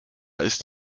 ist